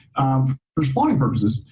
um for spawning purposes.